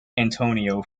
antonio